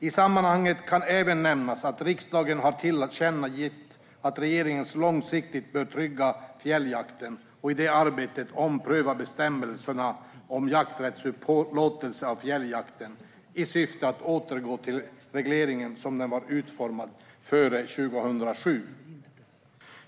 I sammanhanget kan även nämnas att riksdagen har tillkännagett att regeringen långsiktigt bör trygga fjälljakten och i det arbetet ompröva bestämmelserna om jakträttsupplåtelser av fjälljakten i syfte att återgå till regleringen som den var utformad före 2007.